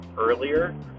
earlier